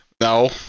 No